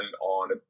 on